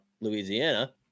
Louisiana